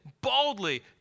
boldly